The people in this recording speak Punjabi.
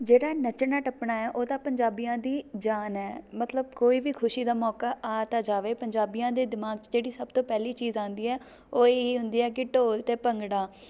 ਜਿਹੜਾ ਨੱਚਣਾ ਟੱਪਣਾ ਆ ਉਹ ਤਾਂ ਪੰਜਾਬੀਆਂ ਦੀ ਜਾਨ ਹੈ ਮਤਲਬ ਕੋਈ ਵੀ ਖੁਸ਼ੀ ਦਾ ਮੌਕਾ ਆ ਤਾਂ ਜਾਵੇ ਪੰਜਾਬੀਆਂ ਦੇ ਦਿਮਾਗ 'ਚ ਜਿਹੜੀ ਸਭ ਤੋਂ ਪਹਿਲੀ ਚੀਜ਼ ਆਉਂਦੀ ਹੈ ਉਹ ਇਹੀ ਹੁੰਦੀ ਹੈ ਕਿ ਢੋਲ 'ਤੇ ਭੰਗੜਾ